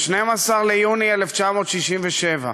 ב-12 ביוני 1967,